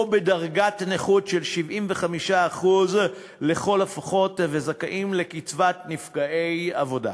בדרגת נכות של 75% לכל הפחות וזכאים לקצבת נפגעי עבודה.